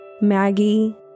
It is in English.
Maggie